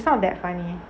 he's not that funny